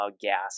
gas